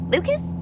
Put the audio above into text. Lucas